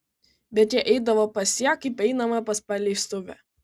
bet jie eidavo pas ją kaip einama pas paleistuvę